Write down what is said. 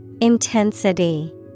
Intensity